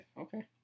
Okay